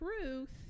truth